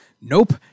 Nope